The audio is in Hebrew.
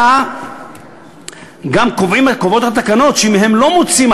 אלא התקנות גם קובעות שאם הם לא מוצאים,